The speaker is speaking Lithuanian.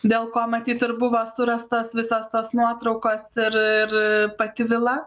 dėl ko matyt ir buvo surastas visos tos nuotraukas ir pati vila